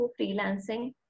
freelancing